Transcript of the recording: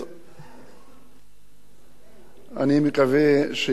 אני מקווה שישמעו אותן,